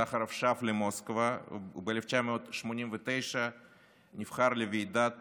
סחרוב שב למוסקבה, וב-1989 נבחר לוועידת